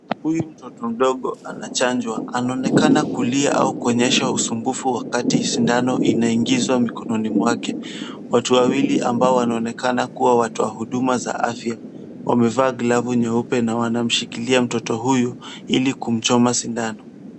Huyu ni mtoto mdogo anachanjwa. Anaonekana kulia au kuonyesha usumbufu wakati sindano inaingizwa mikononi mwake. Watu wawili ambao wanaonekana kuwa watu wa hudumu za afya wamevaa glavu nyeupe na wanamshikilia mtoto huyu ili kumchoma sindano.